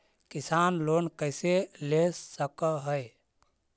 किसान लोन कैसे ले सक है?